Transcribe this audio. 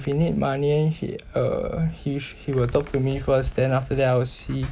he need money he uh he shou~ he will talk to me first then after that I will see